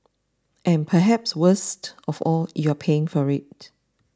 and perhaps worst of all you are paying for it